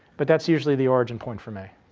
but that's usually the origin point for me.